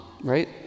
right